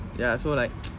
ya so like